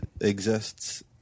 exists